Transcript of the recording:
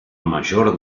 mayor